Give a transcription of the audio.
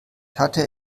hatte